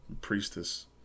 priestess